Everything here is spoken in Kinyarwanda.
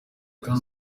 kandi